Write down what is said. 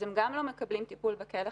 הם גם לא מקבלים טיפול בכלא,